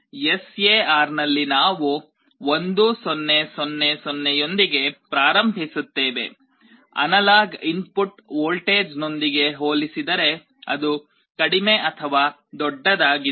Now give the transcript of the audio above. SAR ನಲ್ಲಿ ನಾವು 1 0 0 0 ನೊಂದಿಗೆ ಪ್ರಾರಂಭಿಸುತ್ತೇವೆ ಅನಲಾಗ್ ಇನ್ಪುಟ್ ವೋಲ್ಟೇಜ್ನೊಂದಿಗೆ ಹೋಲಿಸಿದರೆ ಅದು ಕಡಿಮೆ ಅಥವಾ ದೊಡ್ಡದಾಗಿದೆ